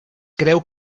creu